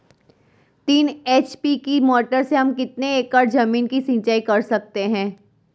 तीन एच.पी की मोटर से हम कितनी एकड़ ज़मीन की सिंचाई कर सकते हैं?